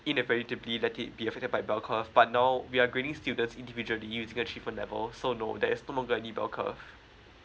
inevitably let it be affected by bell curve but now we are grading students individually we get achievement level so no there is no more bell curve